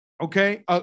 Okay